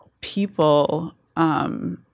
people